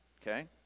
okay